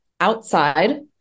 outside